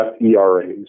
ERAs